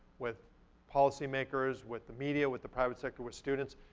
with policy makers, with the media, with the private sector, with students,